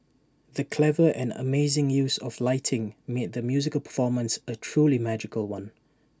the clever and amazing use of lighting made the musical performance A truly magical one